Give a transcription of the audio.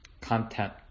content